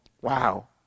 Wow